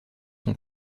son